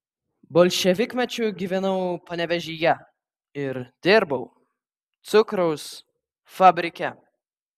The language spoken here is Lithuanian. bolševikmečiu gyvenau panevėžyje ir dirbau cukraus fabrike